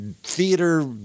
theater